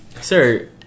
Sir